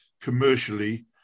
commercially